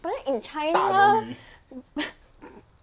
but in china